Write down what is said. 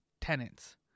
tenants